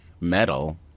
metal